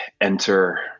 enter